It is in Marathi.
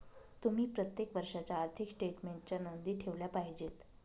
तुम्ही प्रत्येक वर्षाच्या आर्थिक स्टेटमेन्टच्या नोंदी ठेवल्या पाहिजेत